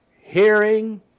hearing